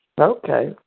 Okay